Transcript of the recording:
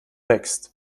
wächst